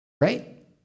right